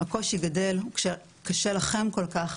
הקושי גדל וכקשה לכם כל כך,